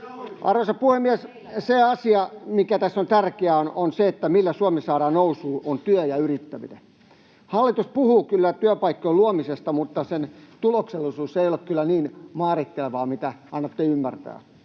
Arvoisa puhemies! Se asia, mikä tässä on tärkeä, on, että se, millä Suomi saadaan nousuun, on työ ja yrittäminen. Hallitus puhuu kyllä työpaikkojen luomisesta, mutta sen tuloksellisuus ei ole kyllä niin mairittelevaa kuin annatte ymmärtää.